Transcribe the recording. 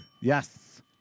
Yes